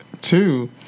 Two